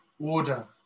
order